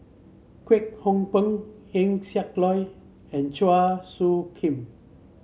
Kwek Hong Png Eng Siak Loy and Chua Soo Khim